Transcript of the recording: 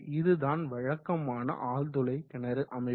இதுதான் வழக்கமான ஆழ்துளை கிணறு அமைப்பு